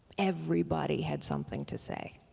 everybody had something to say.